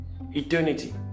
Eternity